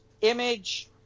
Image